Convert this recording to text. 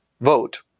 vote